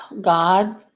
God